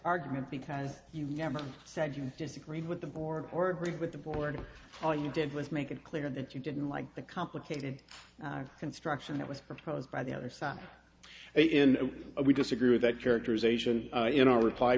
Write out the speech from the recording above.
argument because you never said you disagreed with the board or agreed with the board all you did was make it clear that you didn't like the complicated construction that was proposed by the other side and we disagree with that characterization you know reply